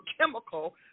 chemical